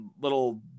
little